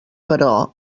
però